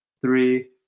three